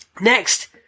Next